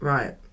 Right